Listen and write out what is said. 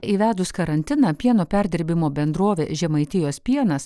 įvedus karantiną pieno perdirbimo bendrovė žemaitijos pienas